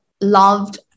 loved